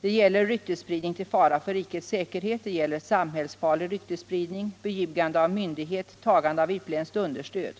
Det gäller ryktesspridning till fara för rikets säkerhet, samhällsfarlig ryktesspridning, beljugande av myndighet och tagande av utländskt understöd.